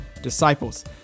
disciples